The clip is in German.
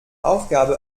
aufgabe